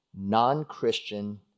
non-Christian